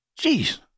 Jeez